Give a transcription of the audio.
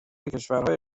کشورهای